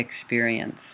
experience